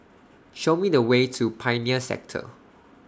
Show Me The Way to Pioneer Sector